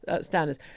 Standards